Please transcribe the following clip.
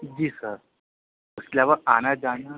جی sir اُس کے علاوہ آنا جانا